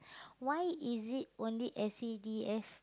why is it only S_C_D_F